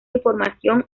información